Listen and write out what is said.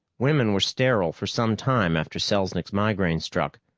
women were sterile for some time after selznik's migraine struck,